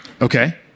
Okay